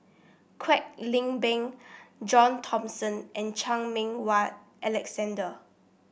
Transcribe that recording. Kwek Leng Beng John Thomson and Chan Meng Wah Alexander